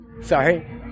Sorry